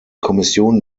kommission